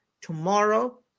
tomorrow